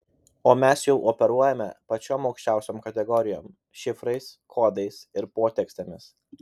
o mes jau operuojame pačiom aukščiausiom kategorijom šifrais kodais ir potekstėmis